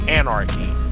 anarchy